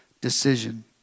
decision